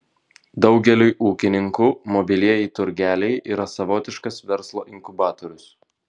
daugeliui ūkininkų mobilieji turgeliai yra savotiškas verslo inkubatorius